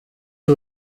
who